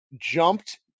jumped